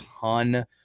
ton